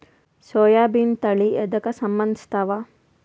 ಸೋಯಾಬಿನ ತಳಿ ಎದಕ ಸಂಭಂದಸತ್ತಾವ?